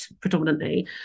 predominantly